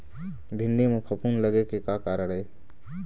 भिंडी म फफूंद लगे के का कारण ये?